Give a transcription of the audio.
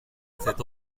cette